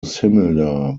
similar